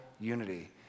unity